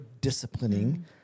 disciplining